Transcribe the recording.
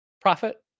profit